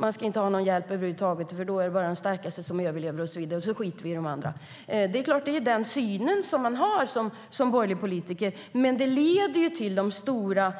Man ska inte ha någon hjälp över huvud taget. Det är bara de starkaste som överlever, och sedan skiter man i de andra. Det är den synen som man som borgerlig politiker har, men det leder till stora